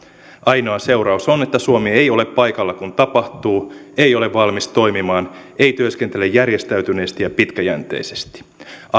ainoa seuraus on että suomi ei ole paikalla kun tapahtuu ei ole valmis toimimaan ei työskentele järjestäytyneesti ja pitkäjänteisesti ainoa